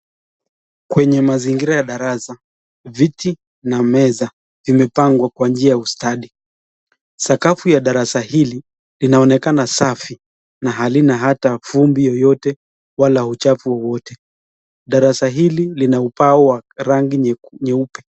Kwenye mazingira ya darasa viti na meza zimepangwa kwa njia ya usadi. Sakafu ya darasa hili linaonekana safi na halina ata vumbi yeyote wala uchafu wowote. Darasa hili lina ubao wa rangi nyeupe.